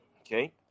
Okay